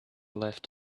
left